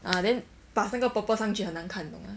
ah then plus 那个 purple 上去很难看你懂吗